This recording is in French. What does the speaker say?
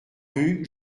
rue